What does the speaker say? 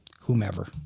whomever